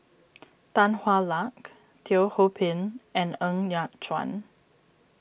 Tan Hwa Luck Teo Ho Pin and Ng Yat Chuan